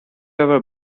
ever